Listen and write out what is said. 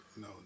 no